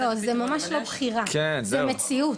לא, זו ממש לא בחירה זו מציאות.